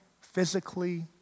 physically